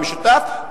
המשותף,